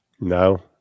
No